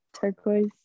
turquoise